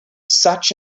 such